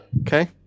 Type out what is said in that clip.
Okay